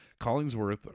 Collingsworth